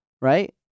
Right